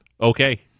Okay